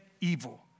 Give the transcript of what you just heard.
evil